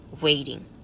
waiting